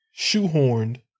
shoehorned